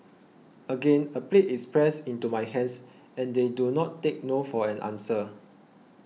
again a plate is pressed into my hands and they do not take no for an answer